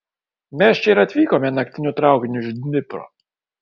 mes čia ir atvykome naktiniu traukiniu iš dnipro